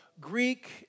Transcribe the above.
Greek